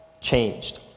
changed